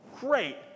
great